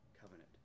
covenant